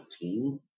team